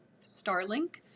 Starlink